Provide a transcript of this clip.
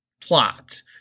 plot